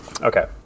Okay